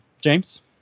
James